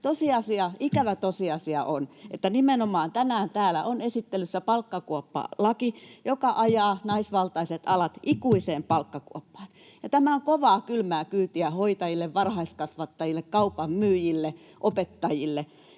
Ikävä tosiasia on, että nimenomaan tänään täällä on esittelyssä palkkakuoppalaki, joka ajaa naisvaltaiset alat ikuiseen palkkakuoppaan. Tämä on kovaa, kylmää kyytiä hoitajille, varhaiskasvattajille, kaupan myyjille ja opettajille.